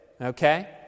Okay